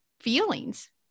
feelings